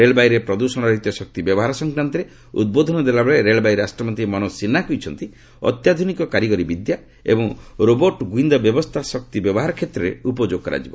ରେଳବାଇରେ ପ୍ରଦ୍ୟଷଣ ରହିତ ଶକ୍ତି ବ୍ୟବହାର ସଂକ୍ରାନ୍ତରେ ଉଦ୍ବୋଧନ ଦେଲାବେଳେ ରେଳବାଇ ରାଷ୍ଟ୍ରମନ୍ତ୍ରୀ ମନୋଜ ସିହ୍ନା କହିଛନ୍ତି ଅତ୍ୟାଧୁନିକ କାରିଗରି ବିଦ୍ୟା ଏବଂ ରୋବର୍ଟ ଗୁଇନ୍ଦା ବ୍ୟବସ୍ଥା ଶକ୍ତି ବ୍ୟବହାର କ୍ଷେତ୍ରରେ ଉପଯୋଗ କରାଯିବ